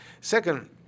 Second